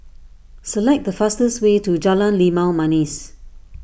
select the fastest way to Jalan Limau Manis